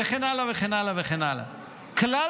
וכן הלאה וכן הלאה וכן הלאה.